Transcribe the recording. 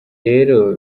rero